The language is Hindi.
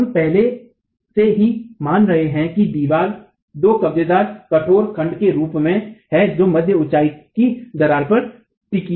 तो हम पहले से ही मान रहे हैं कि दीवार दो कब्जेदार कठोर खंड के रूप में है जो मध्य ऊंचाई की दरार पर टिकी है